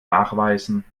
nachweisen